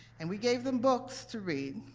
and we gave them books to read.